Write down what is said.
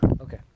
Okay